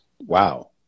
wow